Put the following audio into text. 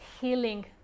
healing